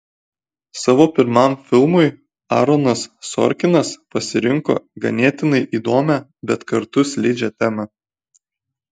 savo pirmam filmui aaronas sorkinas pasirinko ganėtinai įdomią bet kartu slidžią temą